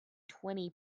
twenty